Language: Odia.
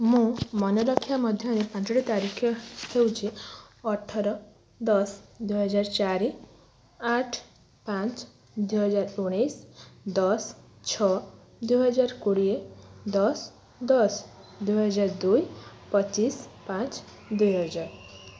ମୁଁ ମନେରଖିବା ମଧ୍ୟରେ ପାଞ୍ଚଟି ତାରିଖ ହେଉଛି ଅଠର ଦଶ ଦୁଇ ହଜାର ଚାରି ଆଠ ପାଞ୍ଚ ଦୁଇ ହଜାର ଉଣେଇଶ ଦଶ ଛଅ ଦୁଇ ହଜାର କୋଡ଼ିଏ ଦଶ ଦଶ ଦୁଇ ହଜାର ଦୁଇ ପଚିଶି ପାଞ୍ଚ ଦୁଇ ହଜାର